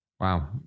Wow